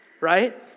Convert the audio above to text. Right